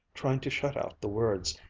trying to shut out the words,